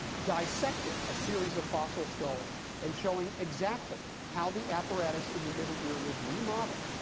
dissecting a series of fossil skulls and showing exactly how the apparatus in the middle ear was remodeled,